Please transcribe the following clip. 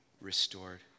restored